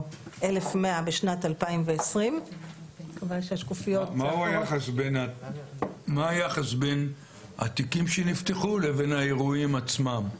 או 1,100 בשנת 2020. מהו היחס בין התיקים שנפתחו לבין האירועים עצמם?